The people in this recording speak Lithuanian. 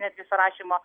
netgi surašymo